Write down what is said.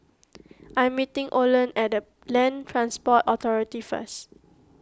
I'm meeting Olen at the Land Transport Authority first